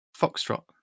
Foxtrot